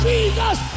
Jesus